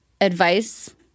advice